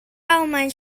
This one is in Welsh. almaen